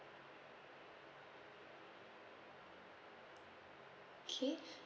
okay